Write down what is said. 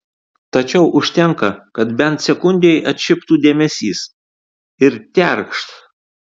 tačiau užtenka kad bent sekundei atšiptų dėmesys ir terkšt